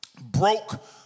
broke